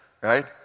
right